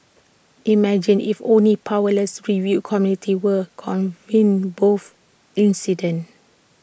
imagine if only powerless review committees were convened both incidents